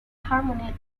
harmony